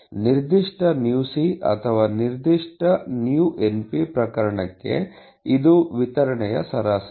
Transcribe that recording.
ನಿರ್ದಿಷ್ಟ µc ಅಥವಾ ನಿರ್ದಿಷ್ಟ µnp ಪ್ರಕರಣ ಕ್ಕೆ ಇದು ವಿತರಣೆಯ ಸರಾಸರಿ